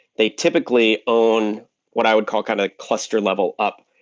they typically own what i would call kind of cluster level up.